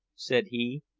said he,